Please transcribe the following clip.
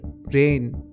rain